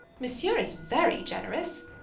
monsieur is very generous!